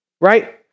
right